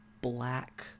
black